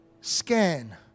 scan